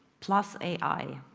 plus ai,